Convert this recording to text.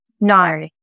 No